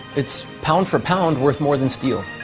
it's pound for pound worth more than steel.